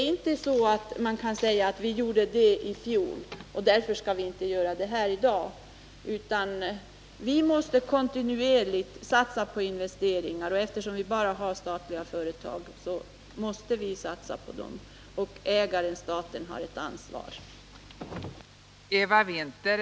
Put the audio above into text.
Man kan inte säga att vi gjorde det och det i fjol och att vi därför inte skall göra det här i dag. Vi måste kontinuerligt satsa på investeringar, och eftersom vi bara har statliga företag måste vi satsa på dem. Agaren-staten har här ett ansvar.